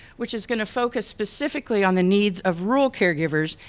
which is gonna focus specifically on the needs of rural caregivers,